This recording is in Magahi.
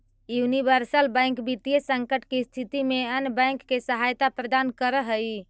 यूनिवर्सल बैंक वित्तीय संकट के स्थिति में अन्य बैंक के सहायता प्रदान करऽ हइ